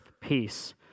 peace